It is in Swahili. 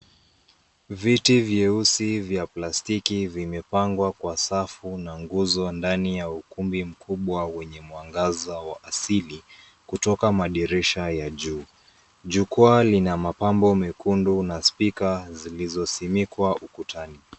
Viti vyeusi vya plastiki vimepangwa kwa safu na nguzo ndani ya ukumbi mkubwa wenye mwangaza wa asili, kutoka madirisha ya juu. Jukwaa lina mapambo mekundu na speaker zilizosimikwa ukutani.